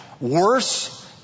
worse